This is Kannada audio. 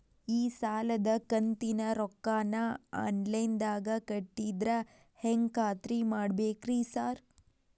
ಈ ಸಾಲದ ಕಂತಿನ ರೊಕ್ಕನಾ ಆನ್ಲೈನ್ ನಾಗ ಕಟ್ಟಿದ್ರ ಹೆಂಗ್ ಖಾತ್ರಿ ಮಾಡ್ಬೇಕ್ರಿ ಸಾರ್?